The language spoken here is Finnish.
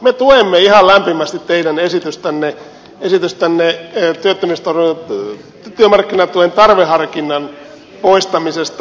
me tuemme ihan lämpimästi teidän esitystänne työmarkkinatuen tarveharkinnan poistamisesta